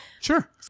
Sure